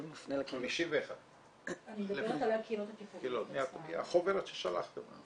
מופנה -- 51% אני מדברת על הקהילות הטיפוליות -- מהחוברת ששלחתם לנו.